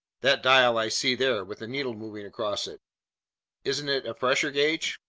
that dial i see there, with the needle moving across it isn't it a pressure gauge?